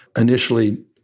initially